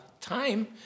time